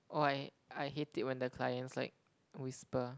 oh I I hate it when the clients like whisper